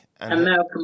American